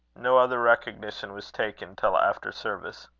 no other recognition was taken till after service.